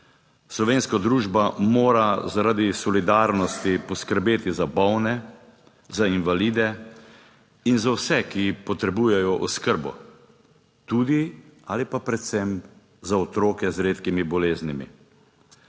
Slovenska družba mora zaradi solidarnosti poskrbeti za bolne, za invalide in za vse, ki potrebujejo oskrbo, tudi ali pa predvsem za otroke z redkimi boleznimi.